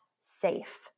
safe